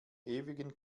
ewigen